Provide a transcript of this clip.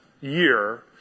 year